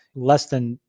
less than,